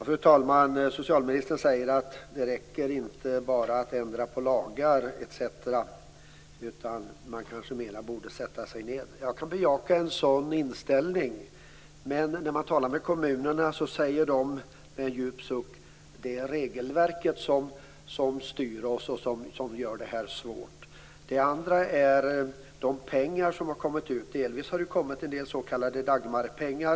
Fru talman! Socialministern säger att det inte räcker att enbart ändra på lagar etc., utan att man kanske mer borde sätta sig ned och resonera. Jag kan bejaka en sådan inställning. Men när man talar med kommunerna säger de med en djup suck: Det är regelverket som styr oss och som gör det här svårt. Det andra är de pengar som man har fått. Delvis har det kommit en del s.k. Dagmarpengar.